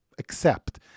accept